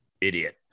idiot